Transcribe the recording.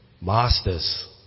masters